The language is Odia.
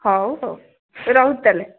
ହଉ ହଉ ରହୁଛି ତା'ହେଲେ